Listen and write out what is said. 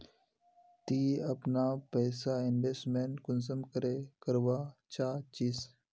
ती अपना पैसा इन्वेस्टमेंट कुंसम करे करवा चाँ चची?